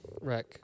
wreck